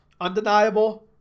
Undeniable